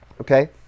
Okay